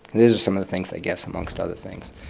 these are some of the things they guessed amongst other things.